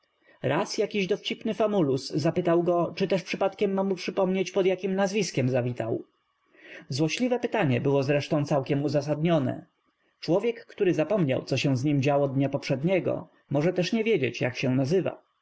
raz jakiś dow cipny fam ulus zapytał go czy też przypadkiem ma mu przypom nieć p o d jakiem nazwiskiem za w itał złośliwe pytanie było zresztą całkiem u z a sa d n io n e człowiek któ ry zapom niał co się z nim działo dnia poprzedniego może też nie wiedzieć jak się nazyw